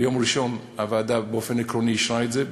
ביום ראשון הוועדה באופן עקרוני אישרה את זה,